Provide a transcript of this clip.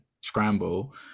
scramble